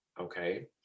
okay